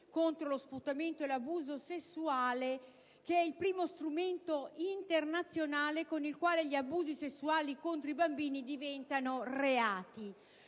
contro lo sfruttamento e l'abuso sessuale, che è il primo strumento internazionale con il quale gli abusi sessuali contro i bambini diventano reati.